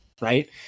right